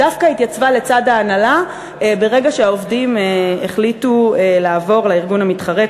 דווקא התייצבה לצד ההנהלה ברגע שהעובדים החליטו לעבור לארגון המתחרה,